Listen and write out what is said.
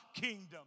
kingdom